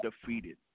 defeated